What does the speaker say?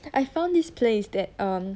I found this place that err